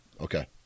Okay